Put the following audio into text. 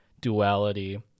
duality